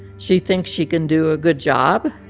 she thinks she can do a good job.